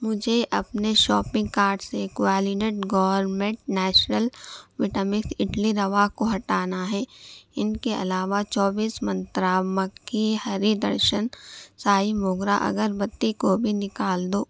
مجھے اپنے shopping card سے کوالینٹ گورمٹ نیچرل ویٹامن اٹلی دوا کو ہٹانا ہے ان کے علاوہ چوبیس منترا مکی ہری درشن سائی موگرہ اگربتی کو بھی نکال دو